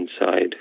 inside